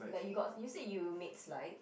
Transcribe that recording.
like you got you said you made slides